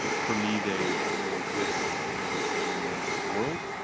for me they they exist in the same world.